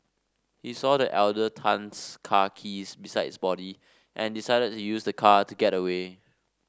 he saw the elder Tan's car keys beside his body and decided to use the car to get away